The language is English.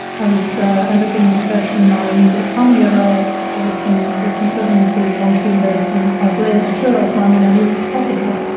i was i ended up being the first in my immediate family, although with some distant cousins who had gone to university and kind of blazed a trail, so i mean, i knew it was possible.